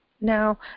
now